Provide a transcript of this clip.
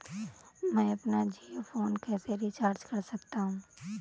मैं अपना जियो फोन कैसे रिचार्ज कर सकता हूँ?